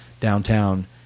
downtown